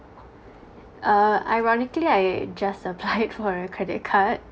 uh ironically I just applied for a credit card